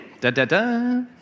Da-da-da